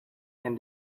and